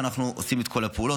ואנחנו עושים את כל הפעולות.